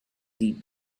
deep